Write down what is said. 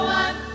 one